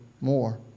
more